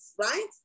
right